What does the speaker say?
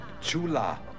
Chula